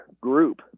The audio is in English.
group